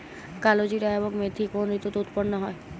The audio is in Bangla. কালোজিরা এবং মেথি কোন ঋতুতে উৎপন্ন হয়?